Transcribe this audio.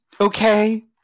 okay